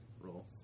roll